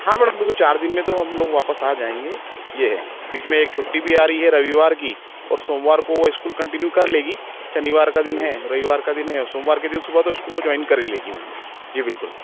हाँ मैडम बिलकुल चार दिन में तो हम लोग वापस आ जाएँगे यह है बीच में एक छुट्टी भी आ रही है रविवार की और सोमवार को वह स्कूल कंटिन्यू कर लेगी शनिवार का दिन है रविवार का दिन है और सोमवार के दिन सुबह तो वह स्कूल वह जॉइन कर ही लेगी मैडम जी बिलकुल